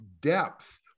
depth